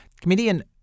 Comedian